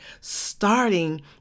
starting